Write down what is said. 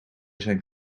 zijn